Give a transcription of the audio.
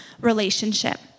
relationship